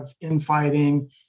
infighting